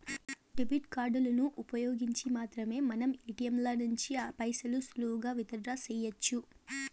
debit కార్డులను ఉపయోగించి మాత్రమే మనం ఏటియంల నుంచి పైసలు సులువుగా విత్ డ్రా సెయ్యొచ్చు